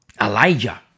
Elijah